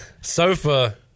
sofa